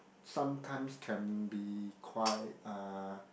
sometimes can be quite uh